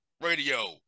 radio